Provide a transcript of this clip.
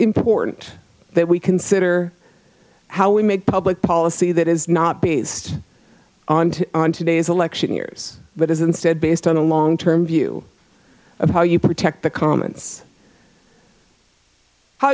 important that we consider how we make public policy that is not based on today's election years but is instead based on a long term view of how you protect the commons